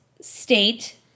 state